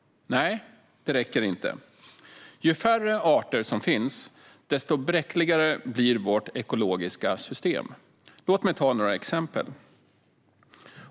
Nej, det räcker inte. Ju färre arter som finns, desto bräckligare blir vårt ekologiska system. Låt mig ta några exempel.